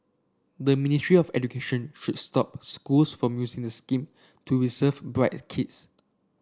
the Ministry of Education should stop schools from using the scheme to reserve bright kids